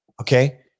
Okay